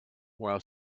while